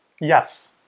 yes